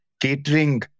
catering